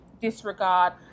disregard